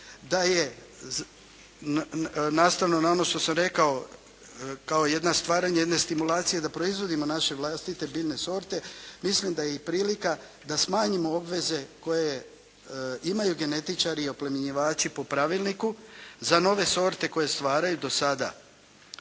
da je nastavno na ono što sam rekao kao stvaranje jedne stimulacije da proizvodimo naše vlastite biljne sorte mislim da je i prilika da smanjimo obveze koje imaju genetičari i oplemenjivači po pravilniku za nove sorte koje stvaraju. Do sada